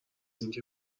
اینکه